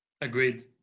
agreed